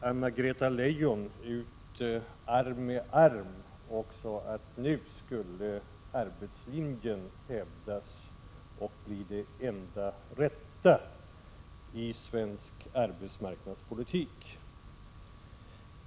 Anna-Greta Leijon ut arm i arm och sade att nu skulle arbetslinjen hävdas och bli det enda rätta i svensk arbetsmarknadspolitik.